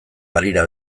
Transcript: balira